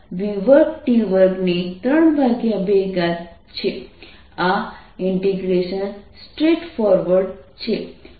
આ integration straightforward છે